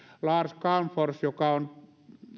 lars calmfors joka on